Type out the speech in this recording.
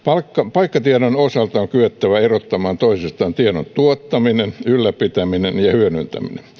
paikkatiedon osalta on kyettävä erottamaan toisistaan tiedon tuottaminen ylläpitäminen ja hyödyntäminen